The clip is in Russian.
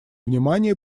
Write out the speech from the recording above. внимание